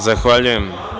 Zahvaljujem.